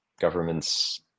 governments